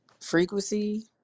frequency